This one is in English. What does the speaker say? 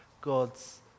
God's